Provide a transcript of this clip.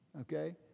Okay